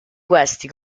questi